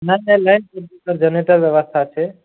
नहि नहि बीच बीचमे जेनेरटर व्यवस्था छै